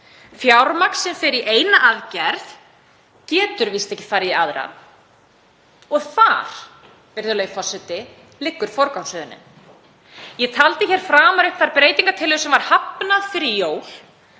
Fjármagn sem fer í eina aðgerð getur víst ekki farið í aðra. Og þar, virðulegi forseti, liggur forgangsröðunin. Ég taldi hér að framan upp þær breytingartillögur sem var hafnað fyrir jól.